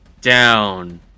down